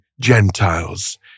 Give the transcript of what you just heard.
Gentiles